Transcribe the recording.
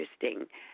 interesting